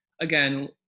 again